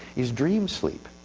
is dream sleep.